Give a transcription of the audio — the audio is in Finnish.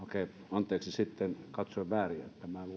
anteeksi sitten katsoin väärin luulin että ministeri